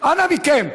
אנא מכם.